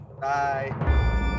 Bye